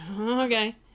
okay